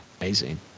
amazing